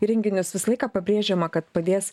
įrenginius visą laiką pabrėžiama kad padės